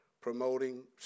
promoting